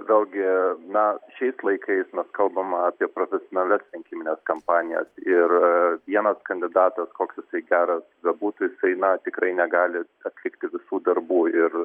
vėlgi na šiais laikais kalbama apie profesionalias rinkimines kampanijas ir vienas kandidatas koks jisai geras bebūtų jisai na tikrai negali atlikti visų darbų ir